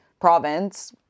province